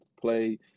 play